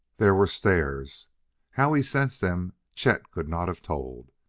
there were stairs how he sensed them chet could not have told.